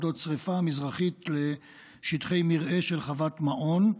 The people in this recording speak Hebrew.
שרפה מזרחית לשטחי מרעה של חוות מעון.